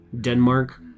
Denmark